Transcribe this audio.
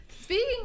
Speaking